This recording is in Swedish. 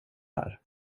där